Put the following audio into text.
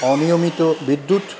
অনিয়মিত বিদ্যুৎ